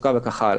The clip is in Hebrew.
תעסוקה וכו'.